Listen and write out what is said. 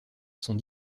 sont